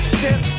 tip